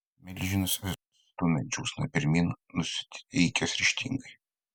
milžinas vis stumia džiūsną pirmyn nusiteikęs ryžtingai